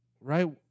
right